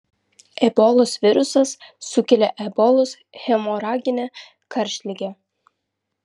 ebolos virusas sukelia ebolos hemoraginę karštligę